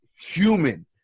human